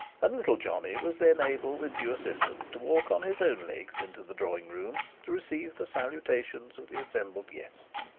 and little johnnie was then able with due assistance to walk on his own legs into the drawing-room to receive the salutations of the assembled guests.